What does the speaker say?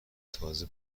تازه